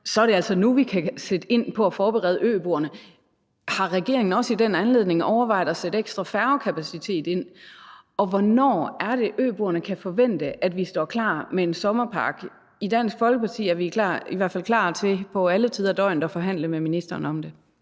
Så er det altså nu, vi kan sætte ind på at forberede øboerne. Har regeringen også i den anledning overvejet at sætte ekstra færgekapacitet ind? Og hvornår kan øboerne forvente, at vi står klar med en sommerpakke? I Dansk Folkeparti er vi i hvert fald klar til på alle tider af døgnet at forhandle med ministeren om det.